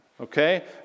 okay